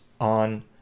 on